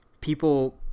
people